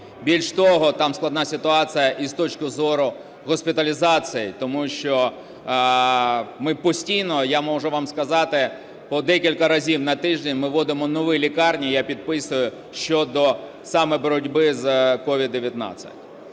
Більше того, там складна ситуація і з точки зору госпіталізації, тому що ми постійно, я можу вам сказати, по декілька разів на тиждень ми вводимо нові лікарні, я підписую, щодо саме боротьби з COVID-19.